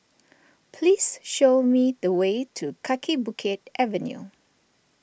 please show me the way to Kaki Bukit Avenue